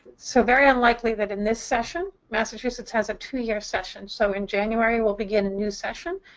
so very unlikely that in this session. massachusetts has a two-year session, so in january we'll begin a new session.